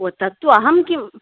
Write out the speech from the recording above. ओ तत्तु अहं किं